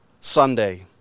Sunday